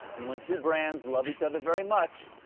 when two brands love each other very much,